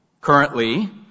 Currently